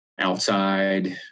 outside